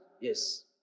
Yes